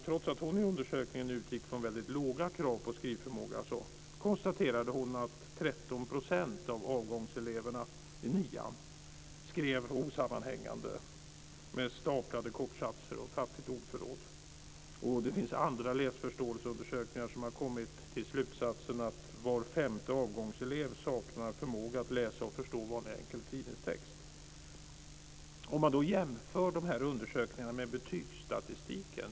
Trots att hon i undersökningen utgick från väldigt låga krav på skrivförmåga konstaterade hon att 13 % av avgångseleverna i nian skrev osammanhängande med staplade kortsatser och fattigt ordförråd. Och det finns andra läsförståelseundersökningar där man har kommit fram till slutsatsen att var femte avgångselev saknar förmåga att läsa och förstå en vanlig enkel tidningstext. Man kan jämföra de här undersökningarna med betygsstatistiken.